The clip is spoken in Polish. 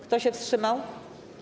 Kto się wstrzymał?